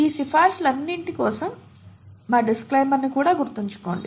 ఈ సిఫార్సులన్నింటి కోసం మా డిస్క్లైమర్ ను కూడా గుర్తుంచుకోండి